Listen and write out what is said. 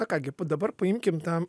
na ką gi dabar paimkim tą